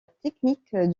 technique